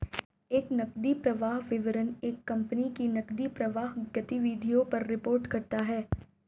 एक नकदी प्रवाह विवरण एक कंपनी की नकदी प्रवाह गतिविधियों पर रिपोर्ट करता हैं